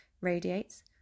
Radiates